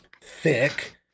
thick